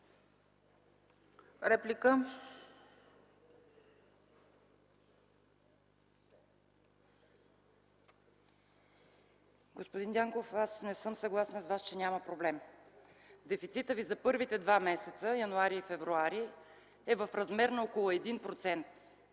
(КБ): Господин Дянков, аз не съм съгласна с Вас, че няма проблем. Дефицитът ви за първите 2 месеца – м. януари и м. февруари, е в размер на 1%,